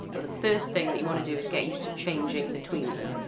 well the first thing that you want to do is get used to changing between them,